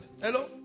Hello